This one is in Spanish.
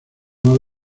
más